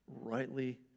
rightly